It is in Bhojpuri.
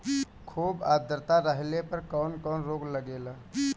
खुब आद्रता रहले पर कौन कौन रोग लागेला?